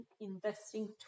investing